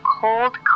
cold